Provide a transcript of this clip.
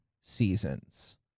seasons